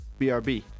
BRB